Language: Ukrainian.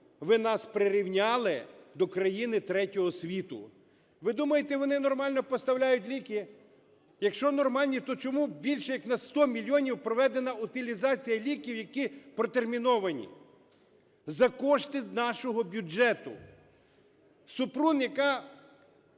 ви нас прирівняли до країн третього світу! Ви думаєте, вони нормальні поставляють ліки? Якщо нормальні, то чому більше як на 100 мільйонів проведена утилізація ліків, які протерміновані, за кошти нашого бюджету? Супрун, яка